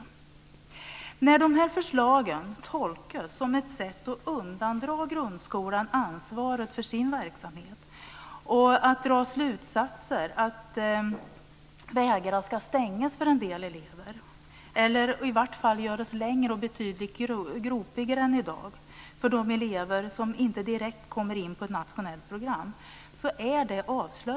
Det är avslöjande när de här förslagen tolkas som ett sätt att undandra grundskolan ansvaret för den egna verksamheten och som att vägarna ska stängas för en del elever eller i vart fall göras längre och betydligt gropigare än i dag för de elever som inte direkt kommer in på ett nationellt program.